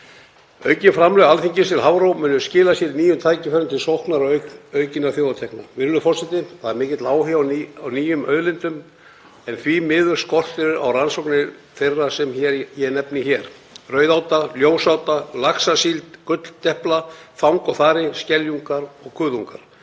Aukið framlag Alþingis til Hafró mun skila sér í nýjum tækifærum til sóknar og auknum þjóðartekjum. Virðulegur forseti. Það er mikill áhugi á nýjum auðlindum en því miður skortir á rannsóknir á þeim sem ég nefni hér: Rauðáta, ljósáta, laxasíld, gulldepla, þang og þari, skeljungar og kuðungar.